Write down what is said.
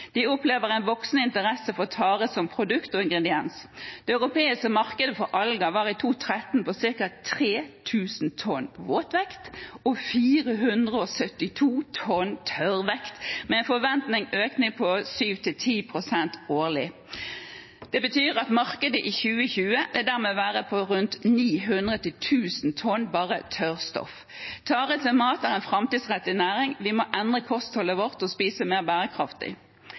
De opplever en voksende interesse for tare som produkt og ingrediens. Det europeiske markedet for alger var i 2013 på ca. 3 000 tonn våtvekt og 472 tonn tørrvekt, med en forventet økning på 7–10 pst. årlig. Det betyr at markedet i 2020 dermed vil være på rundt 900–1 000 tonn bare av tørrstoff. Tare til mat er en framtidsrettet næring. Vi må endre kostholdet vårt og spise mer bærekraftig.